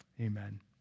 Amen